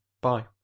Bye